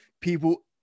people